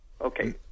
Okay